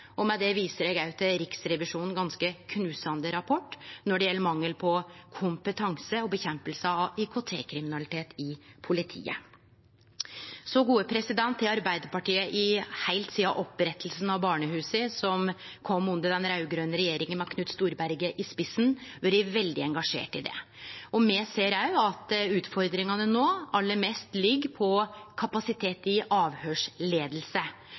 Med det viser eg òg til Riksrevisjonens ganske knusande rapport når det gjeld mangel på kompetanse og kamp mot IKT-kriminalitet i politiet. Arbeidarpartiet har heilt sidan opprettinga av barnehusa, som kom under den raud-grøne regjeringa, med Knut Storberget i spissen, vore veldig engasjert i det. Me ser òg at utfordringane no aller mest ligg på kapasitet i